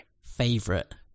Favorite